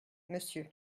monsieur